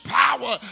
power